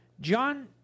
John